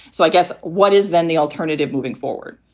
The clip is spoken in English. so i guess what is then the alternative moving forward?